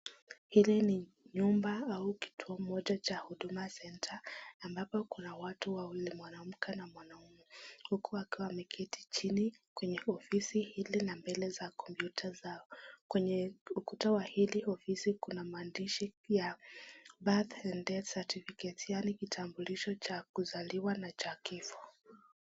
Hizi ni nyumba au kito moja cha Huduma Centre, ambapo kuna watu wawili mwanamke na mwanaume, uku wakiwa wameketi chini kwenye ofisi hizi na mbele za kombyuta zao, kwenye ukuta wa pili ofisi kuna maandishi ya (cs)birth and death certificate (cs), yaani kitambulidho cha kuzaliwa na cha kifo.